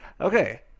okay